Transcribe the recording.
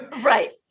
right